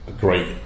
great